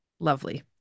Lovely